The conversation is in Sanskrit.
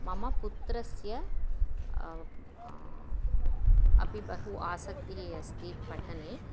मम पुत्रस्य अपि बहु आसक्तिः अस्ति पठने